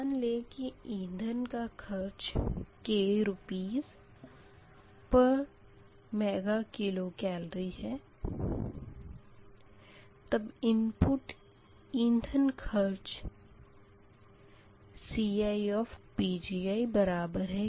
मान लें इंधन का खर्च k RsMkCal है तब इनपुट इंधन खर्च CiPgik FiPgikPgiHiPgi है